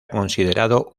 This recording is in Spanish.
considerado